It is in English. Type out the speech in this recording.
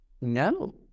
no